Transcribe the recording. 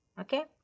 okay